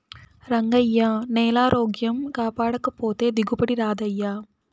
రంగయ్యా, నేలారోగ్యం కాపాడకపోతే దిగుబడి రాదయ్యా